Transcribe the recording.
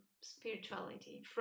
spirituality